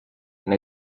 and